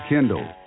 Kindle